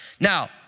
Now